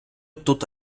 тут